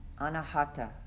Anahata